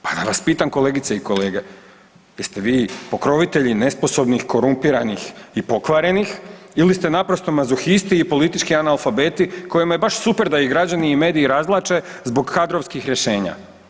Pa da vas pitam kolegice i kolege, jeste vi pokrovitelji nesposobnih, korumpiranih i pokvarenih ili ste naprosto mazohisti i politički analfabeti kojima je baš super da ih građani i mediji razvlače zbog kadrovskih rješenja?